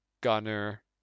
Gunner